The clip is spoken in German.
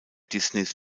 disneys